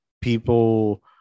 people